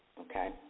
Okay